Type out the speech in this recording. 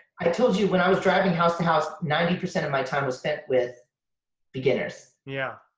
i told you, when i was driving house to house, ninety percent of my time was spent with beginners. yeah.